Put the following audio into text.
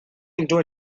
into